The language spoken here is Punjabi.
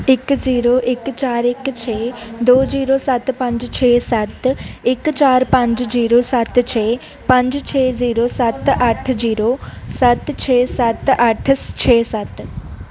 ਇੱਕ ਜ਼ੀਰੋ ਇੱਕ ਚਾਰ ਇੱਕ ਛੇ ਦੋ ਜੀਰੋ ਸੱਤ ਪੰਜ ਛੇ ਸੱਤ ਇੱਕ ਚਾਰ ਪੰਜ ਜੀਰੋ ਸੱਤ ਛੇ ਪੰਜ ਛੇ ਜ਼ੀਰੋ ਸੱਤ ਅੱਠ ਜੀਰੋ ਸੱਤ ਛੇ ਸੱਤ ਅੱਠ ਛੇ ਸੱਤ